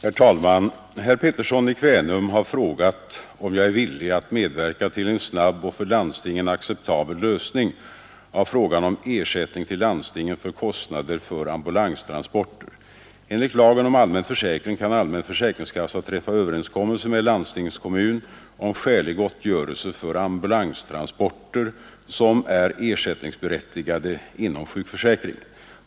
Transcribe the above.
Herr talman! Herr Pettersson i Kvänum har frågat om jag är villig medverka till en snabb och för landstingen acceptabel lösning av frågan om ersättning till landstingen för kostnader för ambulanstransporter. Enligt lagen om allmän försäkring kan allmän försäkringskassa träffa överenskommelse med landstingskommun om skälig gottgörelse för ambulanstransporter som är ersättningsberättigade inom sjukförsäkringen.